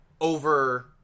over